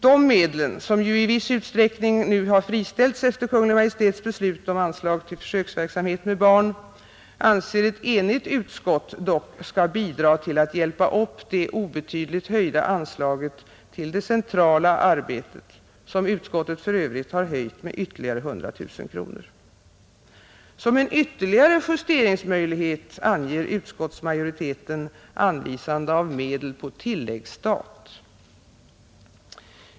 Dessa medel, som ju i viss utsträckning friställts efter Kungl. Maj:ts beslut om anslag till försöksverksamhet med barn, anser ett enigt utskott dock skall bidra till att hjälpa upp det obetydligt höjda anslaget till det centrala arbetet, som utskottet för övrigt höjt med ytterligare 100 000 kronor. Som en ytterligare justeringsmöjlighet anger utskottsmajoriteten anvisande av medel på tilläggsstat.